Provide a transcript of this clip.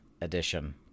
edition